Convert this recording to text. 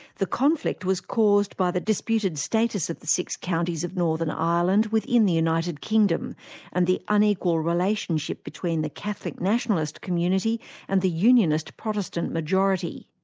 the conflict was caused by the disputed status of the six counties of northern ireland within the united kingdom and the unequal relationship between the catholic nationalist community and the unionist protestant majority.